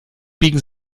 biegen